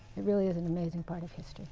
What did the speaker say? it really is an amazing part of history